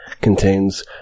contains